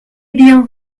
bien